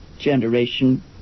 generation